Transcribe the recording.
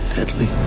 Deadly